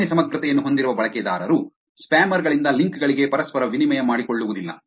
ಕಡಿಮೆ ಸಮಗ್ರತೆಯನ್ನು ಹೊಂದಿರುವ ಬಳಕೆದಾರರು ಸ್ಪ್ಯಾಮರ್ ಗಳಿಂದ ಲಿಂಕ್ ಗಳಿಗೆ ಪರಸ್ಪರ ವಿನಿಮಯ ಮಾಡಿಕೊಳ್ಳುವುದಿಲ್ಲ